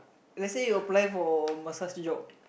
let's say you apply for massage job